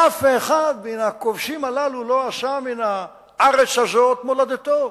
אף אחד מן הכובשים הללו לא עשה מן הארץ הזאת מולדתו.